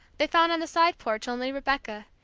they found on the side porch only rebecca,